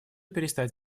перестать